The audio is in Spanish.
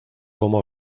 como